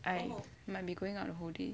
I might be going out the whole day